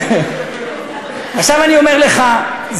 עכשיו אני אומר לך,